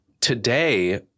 Today